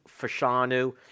Fashanu